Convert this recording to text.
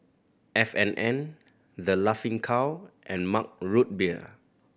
F and N The Laughing Cow and Mug Root Beer